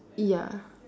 ya